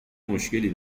مشکلی